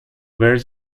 wears